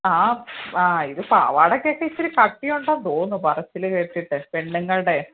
ആ ആ ഇത് പാവാടക്കൊക്കെ ഇച്ചിരി കട്ടിയുണ്ടെന്ന് തോന്നുന്നു പറച്ചിൽ കേട്ടിട്ട് പെണ്ണുങ്ങളുടെ